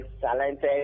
Talented